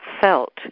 felt